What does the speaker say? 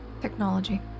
Technology